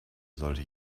sollte